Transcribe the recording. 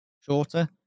shorter